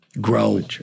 Grow